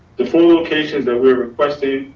the four locations that were requested,